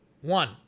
one